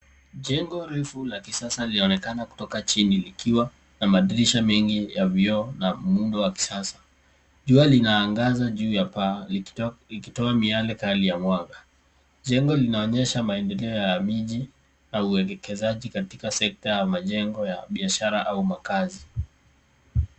Jengo refu la kisasa linaonekana kutoka chini likiwa na madirisha mengi ya vioo na muundo wa kisasa. Jua linaangaza juu ya paa, likitoa miale kali ya mwanga. Jengo linaonyesha maendeleo ya miji na uekezaji katika sekta ya majengo ya biashara au makaazi.